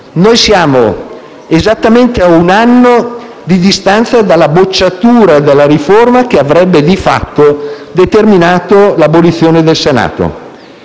quasi esattamente a un anno di distanza dalla bocciatura della riforma che avrebbe, di fatto, determinato l'abolizione del Senato.